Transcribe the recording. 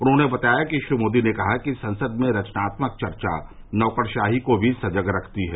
उन्होंने बताया कि श्री मोदी ने कहा कि संसद में रचनात्मक चर्चा नौकरशाही को भी सजग रखती है